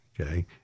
Okay